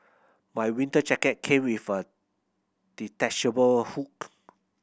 my winter jacket came with a detachable hood